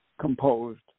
composed